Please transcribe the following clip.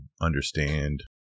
understand